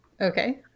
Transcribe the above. Okay